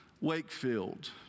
Wakefield